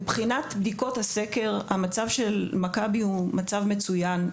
מבחינת בדיקות הסקר המצב של מכבי הוא מצב מצוין.